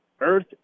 Earth